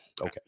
okay